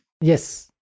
Yes